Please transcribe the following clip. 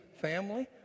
family